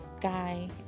guy